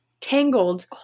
Tangled